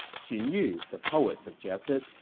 xun yu, the poet suggested,